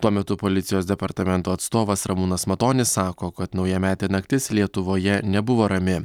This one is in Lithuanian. tuo metu policijos departamento atstovas ramūnas matonis sako kad naujametė naktis lietuvoje nebuvo rami